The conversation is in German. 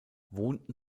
wohnten